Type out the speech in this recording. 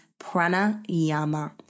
pranayama